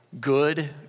good